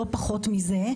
לא פחות מזה,